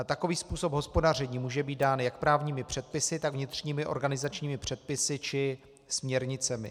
Takový způsob hospodaření může být dán jak právními předpisy, tak vnitřními organizačními předpisy či směrnicemi.